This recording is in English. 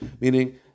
meaning